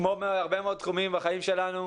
כמו בהרבה מאוד תחומים בחיים שלנו,